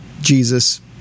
Jesus